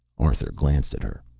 arthur glanced at her.